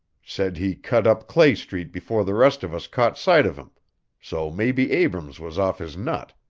said he cut up clay street before the rest of us caught sight of him so maybe abrams was off his nut.